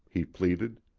he pleaded.